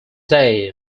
day